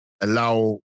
allow